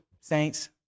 saints